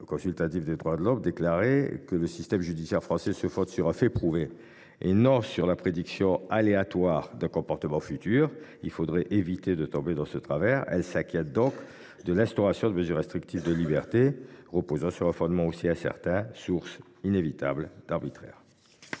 consultative des droits de l’homme (CNCDH) soulignait que « le système judiciaire français se base sur un fait prouvé et non pas sur la prédiction aléatoire d’un comportement futur ». Il faut éviter de tomber dans ce travers. Ainsi, la CNCDH s’inquiète de l’instauration de mesures restrictives de liberté reposant sur un fondement aussi incertain, source inévitable d’arbitraire.